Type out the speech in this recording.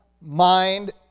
mind